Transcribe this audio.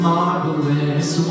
Marvelous